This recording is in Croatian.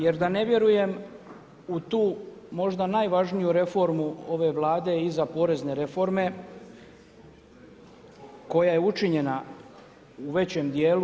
Jer da ne vjerujem u tu možda najvažniju reformu ove Vlade iza porezne reforme koja je učinjena u većem dijelu.